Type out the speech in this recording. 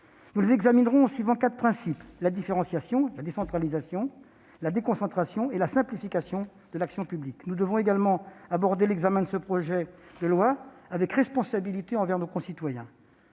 Nous les examinerons en suivant quatre principes : la différenciation, la décentralisation, la déconcentration et la simplification de l'action publique. Nous devons également aborder l'examen de ce projet de loi avec responsabilité envers nos concitoyens.